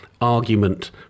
argument